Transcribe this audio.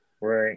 Right